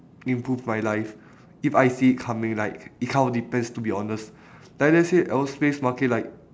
improve my life if I see it coming like it all depends to be honest like let's say aerospace market like